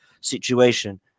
situation